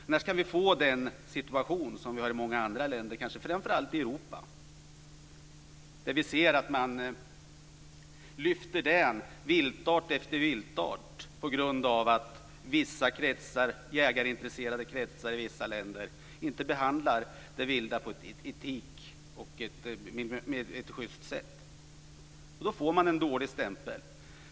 Annars kan vi få den situation som finns i många andra länder i kanske framför allt Europa, där vi ser att man lyfter dän viltart efter viltart på grund av att man i vissa jägarintresserade kretsar i vissa länder inte behandlar det vilda på ett etiskt och schyst sätt. Då får man en dålig stämpel.